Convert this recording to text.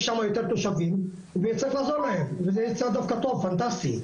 שמה יותר תושבים וצריך לעזור להם וזה הצעה דווקא טובה פנטסטית.